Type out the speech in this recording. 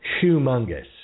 humongous